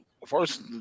First